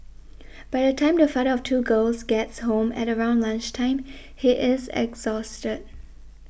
by the time the father of two girls gets home at around lunch time he is exhausted